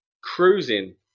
cruising